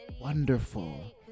wonderful